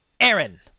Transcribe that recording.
Aaron